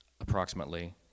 approximately